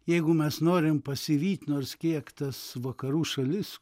jeigu mes norim pasivyt nors kiek tas vakarų šalis